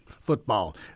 Football